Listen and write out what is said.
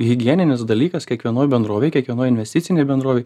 higieninis dalykas kiekvienoj bendrovėj kiekvienoj investicinėj bendrovėj